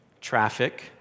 traffic